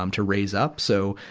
um to raise up. so,